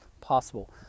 possible